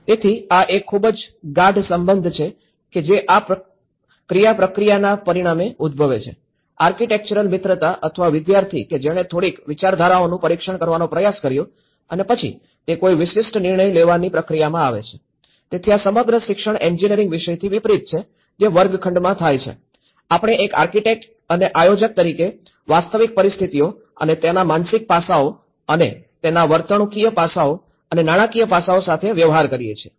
તેથી આ એક ખૂબ જ ગાઢ સંબંધ છે કે જે આ ક્રિયાપ્રતિક્રિયાના પરિણામે ઉદ્ભવે છે આર્કિટેક્ચરલ મિત્રતા અથવા વિદ્યાર્થી કે જેણે થોડીક વિચારધારાઓનું પરીક્ષણ કરવાનો પ્રયાસ કર્યો અને પછી તે કોઈ વિશિષ્ટ નિર્ણય લેવાની પ્રક્રિયામાં આવે છે તેથી આ સમગ્ર શિક્ષણ એન્જિનિયરિંગ વિષયથી વિપરીત છે જે વર્ગખંડમાં થાય છે આપણે એક આર્કિટેક્ટ અને આયોજક તરીકે વાસ્તવિક પરિસ્થિતિઓ અને તેના માનસિક પાસાઓ અને તેના વર્તણૂકીય પાસાઓ અને નાણાકીય પાસાઓ સાથે વ્યવહાર કરીએ છીએ